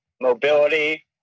mobility